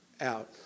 out